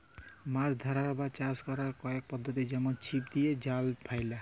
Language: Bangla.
মাছ ধ্যরার বা চাষ ক্যরার কয়েক পদ্ধতি যেমল ছিপ দিঁয়ে, জাল ফ্যাইলে